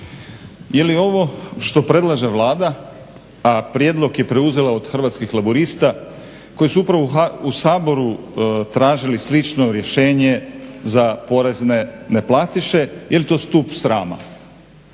Je li ovo što predlaže Vlada, a prijedlog je preuzela od Hrvatskih laburista koji su upravo u Saboru tražili slično rješenje za porezne neplatiše, jel to stup srama?